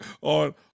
on